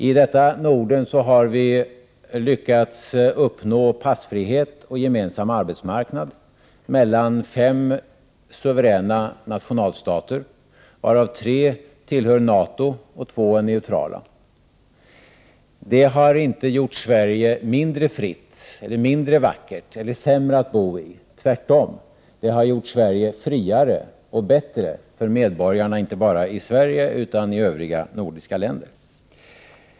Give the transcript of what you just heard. I detta Norden har vi lyckats uppnå passfrihet och en gemensam arbetsmarknad mellan fem suveräna nationalstater, varav tre tillhör NATO och två är neutrala. Detta har inte gjort Sverige mindre fritt, mindre vackert eller sämre att bo i. Tvärtom, det har gjort Sverige friare och bättre för medborgarna, inte bara i Sverige utan även i övriga nordiska länder.